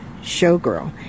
showgirl